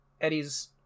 eddie's